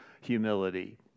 humility